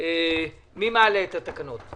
מי מעלה את התקנות?